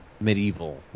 medieval